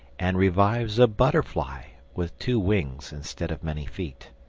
and revives a butterfly, with two wings instead of many feet.